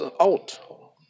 out